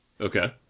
Okay